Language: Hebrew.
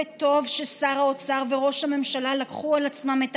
וטוב ששר האוצר וראש הממשלה לקחו על עצמם את